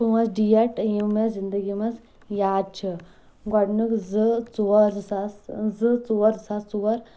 پانٛژھ ڈیٹ یِم مےٚ زنٛدگی منٛز یاد چھ گۄڈنیُک زٕ ژور زٕ ساس زٕ ژور زٕ ساس ژور